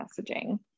messaging